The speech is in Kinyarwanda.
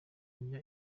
ujya